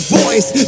voice